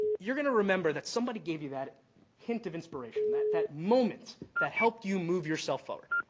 you're going to remember that somebody gave you that hint of inspiration, that that moment that helped you move yourself forward.